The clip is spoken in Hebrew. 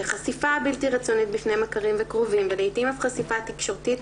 החשיפה הבלתי רצונית בפני מכרים וקרובים ולעתים אף חשיפה תקשורתית,